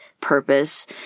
purpose